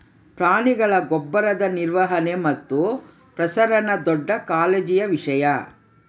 ಪ್ರಾಣಿಗಳ ಗೊಬ್ಬರದ ನಿರ್ವಹಣೆ ಮತ್ತು ಪ್ರಸರಣ ದೊಡ್ಡ ಕಾಳಜಿಯ ವಿಷಯ